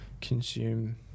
consume